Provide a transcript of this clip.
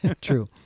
True